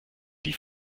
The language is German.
die